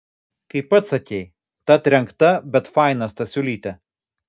kaip pats sakei ta trenkta bet faina stasiulytė